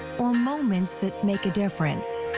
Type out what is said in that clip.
well moments that make a difference.